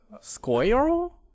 Squirrel